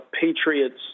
Patriots